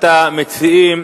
הכנסת מוחמד ברכה.